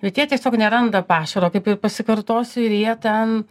bet jie tiesiog neranda pašaro kaip ir pasikartosiu ir jie ten